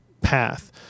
path